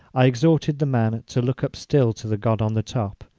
i exhorted the man to look up still to the god on the top,